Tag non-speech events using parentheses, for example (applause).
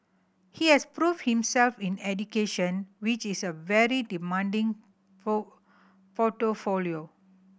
he has proved himself in education which is a very demanding (unintelligible) portfolio